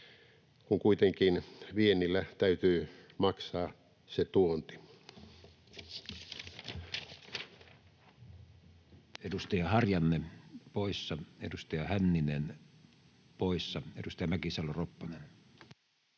kun kuitenkin viennillä täytyy maksaa se tuonti.